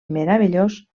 meravellós